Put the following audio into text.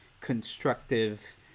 constructive